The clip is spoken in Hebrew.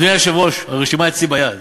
אדוני היושב-ראש, הרשימה אצלי ביד.